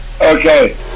okay